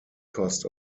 cost